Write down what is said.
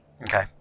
Okay